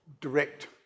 direct